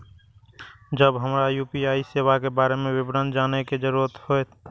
जब हमरा यू.पी.आई सेवा के बारे में विवरण जानय के जरुरत होय?